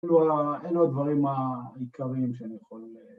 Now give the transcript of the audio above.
‫אין לו ה... אין לו הדברים העיקריים ‫שאני יכול א...